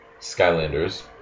Skylanders